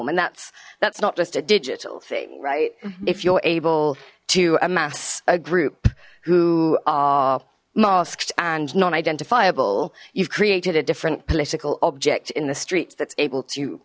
platform and that's that's not just a digital thing right if you're able to amass a group who are masked and non identifiable you've created a different political object in the streets that's able to